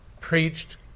preached